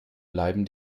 bleiben